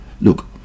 look